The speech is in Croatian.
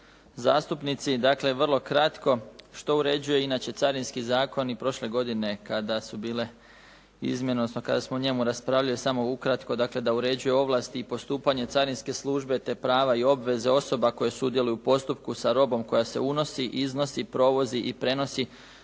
zastupnici. Dakle, vrlo kratko. Što uređuje inače Carinski zakon? I prošle godine kada su bile izmjene, odnosno kada smo o njemu raspravljali, samo ukratko. Dakle, da uređuje ovlasti i postupanja carinske službe te prava i obveze osoba koje sudjeluju u postupku sa robom koja se unosi, iznosi, provozi i prenosi